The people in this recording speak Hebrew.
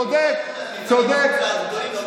צודק, צודק.